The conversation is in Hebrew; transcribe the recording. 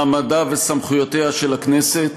מעמדה וסמכויותיה של הכנסת,